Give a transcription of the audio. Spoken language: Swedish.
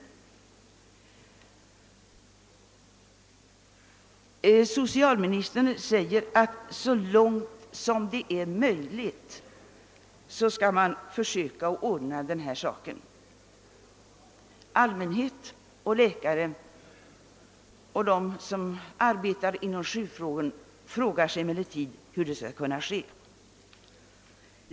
Socialministern säger att man skall försöka ordna den saken så långt som möjligt. Allmänheten liksom läkare och övriga som arbetar inom sjukvården frågar sig emellertid hur det skall ske.